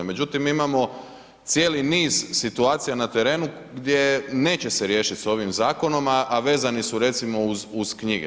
Međutim, mi imamo cijeli niz situacija na terenu gdje neće se riješiti sa ovim zakonom a vezani su recimo uz knjige.